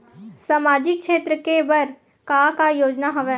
सामाजिक क्षेत्र के बर का का योजना हवय?